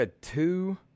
two